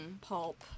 Pulp